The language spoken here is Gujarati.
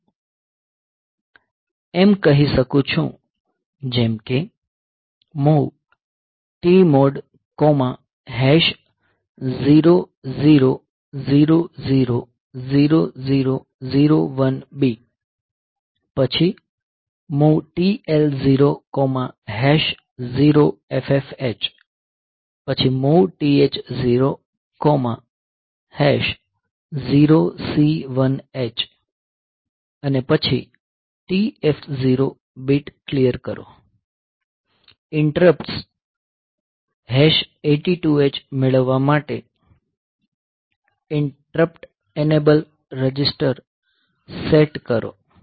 હું એમ કહી શકું છું જેમ કે MOV TMOD00000001B પછી MOV TL00FF H પછી MOV TH00C1 H અને પછી TF0 બીટ ક્લીયર કરો ઇન્ટરપ્ટ્સ 82 H મેળવવા માટે ઇન્ટરપ્ટ એનેબલ રજીસ્ટર સેટ કરો